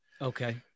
Okay